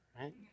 right